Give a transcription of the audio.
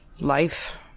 life